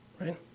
right